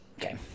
Okay